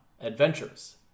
Adventures